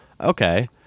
okay